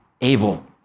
Abel